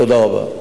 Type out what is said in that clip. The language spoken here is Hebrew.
תודה רבה.